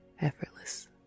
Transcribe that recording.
effortless